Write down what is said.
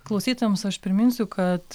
klausytojams aš priminsiu kad